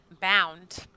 bound